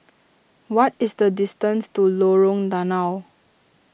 what is the distance to Lorong Danau